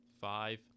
five